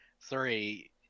three